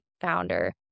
founder